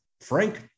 Frank